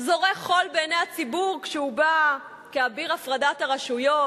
זורה חול בעיני הציבור כשהוא בא כאביר הפרדת הרשויות,